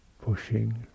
pushing